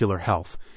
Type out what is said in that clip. health